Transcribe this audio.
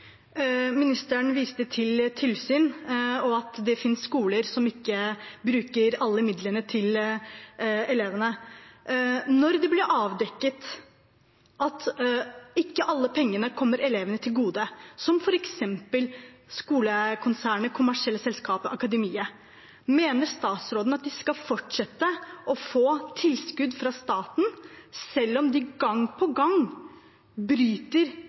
Ministeren viste til tilsyn og at det finnes skoler som ikke bruker alle midlene til elever. Når det ble avdekket at ikke alle pengene kommer elevene til gode, som f.eks. skolekonsernet det kommersielle Akademiet, mener statsråden at de skal fortsette med å få tilskudd fra staten selv om de gang på gang bryter